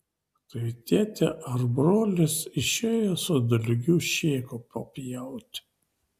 tai tėtė ar brolis išėjo su dalgiu šėko papjauti